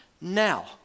now